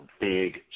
big